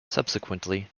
subsequently